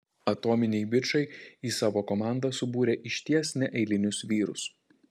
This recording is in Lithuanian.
atominiai bičai į savo komandą subūrė išties neeilinius vyrus